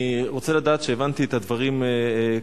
אני רוצה לדעת שהבנתי את הדברים כיאות.